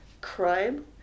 crime